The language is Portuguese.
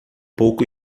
pouco